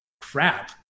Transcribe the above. crap